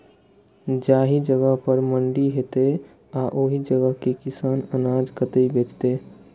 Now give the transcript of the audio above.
जाहि जगह पर मंडी हैते आ ओहि जगह के किसान अनाज कतय बेचते?